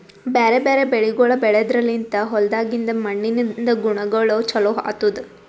ಬ್ಯಾರೆ ಬ್ಯಾರೆ ಬೆಳಿಗೊಳ್ ಬೆಳೆದ್ರ ಲಿಂತ್ ಹೊಲ್ದಾಗಿಂದ್ ಮಣ್ಣಿನಿಂದ ಗುಣಗೊಳ್ ಚೊಲೋ ಆತ್ತುದ್